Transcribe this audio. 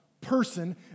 person